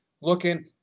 looking